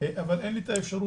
אבל אין לי את האפשרות,